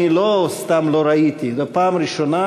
אני לא סתם לא ראיתי, זו הפעם הראשונה